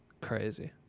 Crazy